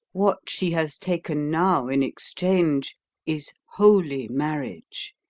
what she has taken now in exchange is holy marriage,